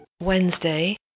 Wednesday